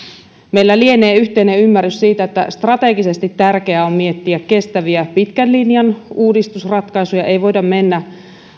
meillä lienee yhteinen ymmärrys siitä että strategisesti tärkeää on miettiä kestäviä pitkän linjan uudistusratkaisuja ei voida mennä